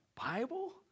Bible